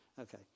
Okay